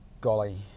golly